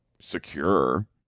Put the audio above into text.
secure